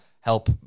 help